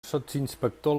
sotsinspector